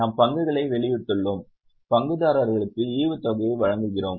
நாம் பங்குகளை வெளியிட்டுள்ளோம் பங்குதாரர்களுக்கு ஈவுத்தொகையை வழங்குகிறோம்